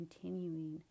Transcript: continuing